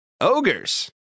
ogres